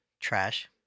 trash